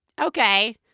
okay